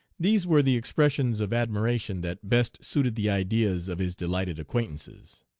these were the expressions of admiration that best suited the ideas of his delighted acquaintances.